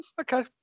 Okay